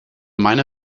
meine